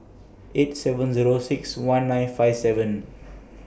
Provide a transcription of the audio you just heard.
eight seven Zero six one nine five seven